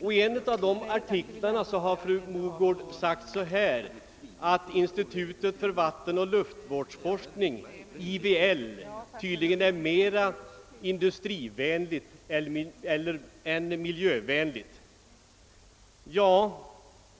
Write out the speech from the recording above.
I en av sina artiklar sade fru Mogård att institutet för vattenoch luftvårdsforskning, IVL, tydligen är mera industrivänligt än miljövänligt.